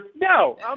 no